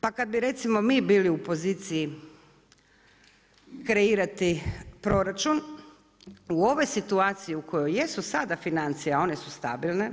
Pa kad bi recimo mi bili u poziciji kreirati proračun u ovoj situaciji u kojoj jesu sada financije, a one su stabilne.